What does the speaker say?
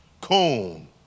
coon